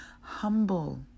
humble